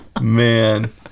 man